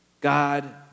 God